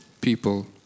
people